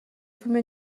فیلم